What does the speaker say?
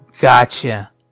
Gotcha